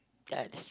that's true